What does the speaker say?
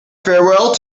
farewell